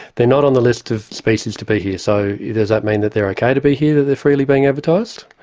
they're not on the list of species to be here, so does that mean that they're ok to be here, that they're freely being advertised,